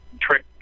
trick